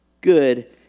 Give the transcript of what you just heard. good